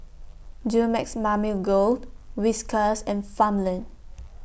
Dumex Mamil Gold Whiskas and Farmland